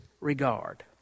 regard